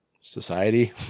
society